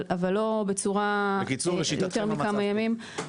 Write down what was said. אבל לא יותר מכמה ימים.